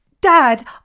Dad